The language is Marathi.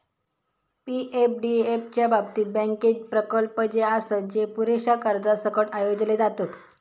पी.एफडीएफ च्या बाबतीत, बँकेत प्रकल्प जे आसत, जे पुरेशा कर्जासकट आयोजले जातत